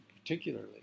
particularly